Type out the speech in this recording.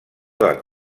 del